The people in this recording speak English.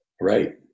Right